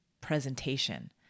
presentation